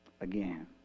again